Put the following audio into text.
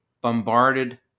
bombarded